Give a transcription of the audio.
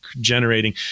generating